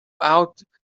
out